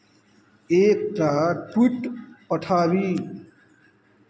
एकटा ट्वीट पठाबी